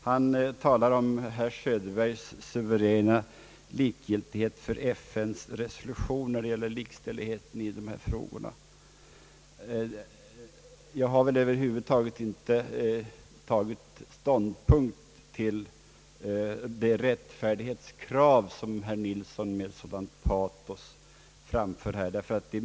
Han talar om herr Söderbergs »suveräna likgiltighet» för FN:s resolutioner när det gäller de mänskliga rättigheterna. Jag har över huvud taget inte tagit ståndpunkt till det rättfärdighetskrav, som herr Nilsson med sådan patos här framfört.